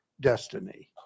destiny